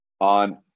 on